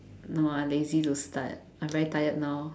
no I lazy to start I'm very tired now